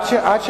ועדת הכנסת,